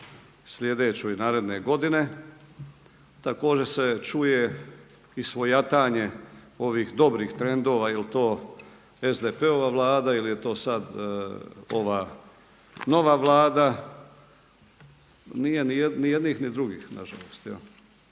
sljedeću i naredne godine. Također se čuje i svojatanje ovih dobrih trendova jel' to SDP-ova Vlada ili je to sad ova nova Vlada. Nije ni jednih ni drugih, na žalost.